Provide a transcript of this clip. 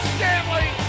Stanley